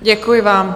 Děkuji vám.